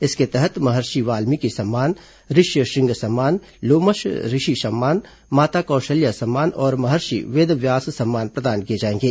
इसके तहत महर्षि वाल्मीकि सम्मान ऋष्यश्रृंग सम्मान लोमश ऋषि सम्मान माता कौशल्या सम्मान और महर्षि वेदव्यास सम्मान प्रदान किए जाएंगे